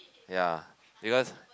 ya because